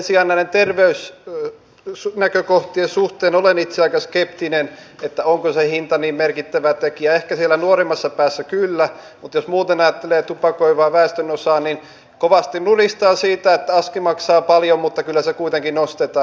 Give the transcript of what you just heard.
sen sijaan näiden terveysnäkökohtien suhteen olen itse aika skeptinen että onko se hinta niin merkittävä tekijä ehkä siellä nuorimmassa päässä kyllä mutta jos muuten ajattelee tupakoivaa väestönosaa niin kovasti nuristaan siitä että aski maksaa paljon mutta kyllä se kuitenkin ostetaan